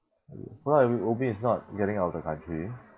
pulau ubin is not getting out of the country